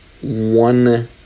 one